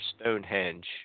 Stonehenge